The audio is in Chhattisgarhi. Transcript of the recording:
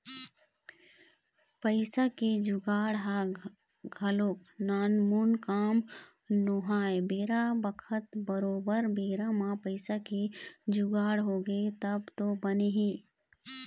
पइसा के जुगाड़ ह घलोक नानमुन काम नोहय बेरा बखत बरोबर बेरा म पइसा के जुगाड़ होगे तब तो बने हे